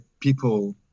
people